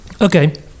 Okay